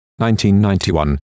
1991